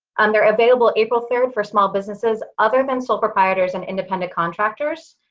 um they're available april third for small businesses other than sole proprietors and independent contractors.